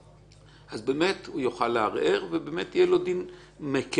אז באמת הוא יוכל לערער ויהיה לו דין מקל,